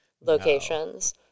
locations